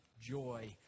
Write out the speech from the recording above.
joy